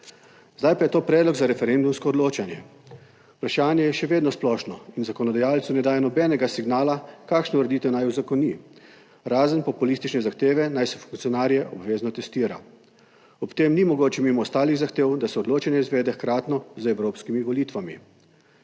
Zdaj pa je to predlog za referendumsko odločanje. Vprašanje je še vedno splošno in zakonodajalcu ne daje nobenega signala kakšno ureditev naj uzakoni, razen populistične zahteve, naj se funkcionarje obvezno testira. Ob tem ni mogoče mimo ostalih zahtev, da se odločanje izvede hkratno z evropskimi volitvami.